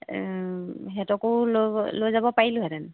সিহঁতকো লৈ লৈ যাব পাৰিলোহেতেঁন